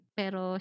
pero